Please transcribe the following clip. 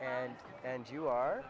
and and you are